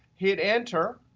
hit enter.